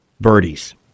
birdies